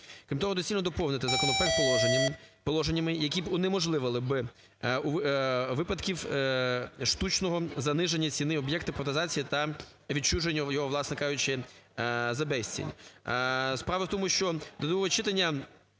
Крім того, доцільно доповнити законопроект положеннями, які б унеможливили би випадки штучного заниження ціни об'єкта приватизації та відчуження його, власне кажучи, за безцінь.